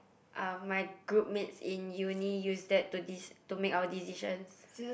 um my group mates in uni use that to dec~ to make our decisions